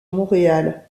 montréal